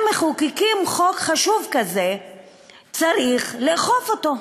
מחוקקים חוק חשוב כזה צריך לאכוף אותו,